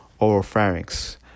oropharynx